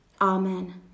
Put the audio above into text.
Amen